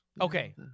Okay